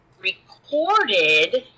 recorded